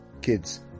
Kids